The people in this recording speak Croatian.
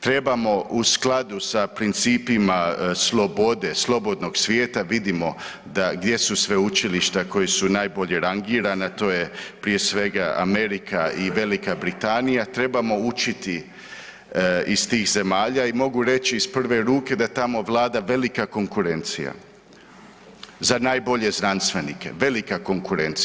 trebamo u skladu sa principima slobode, slobodnog svijeta, vidimo da, gdje su sveučilišta koja su najbolje rangirana, to je prije svega Amerika i Velika Britanija, trebamo učiti iz tih zemalja i mogu reći iz prve ruke da tamo vlada velika konkurencija za najbolje znanstvenike, velika konkurencije.